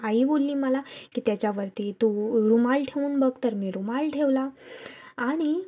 आई बोलली मला की त्याच्यावरती तू रुमाल ठेवून बघ तर मी रुमाल ठेवला आणि